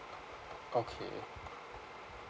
okay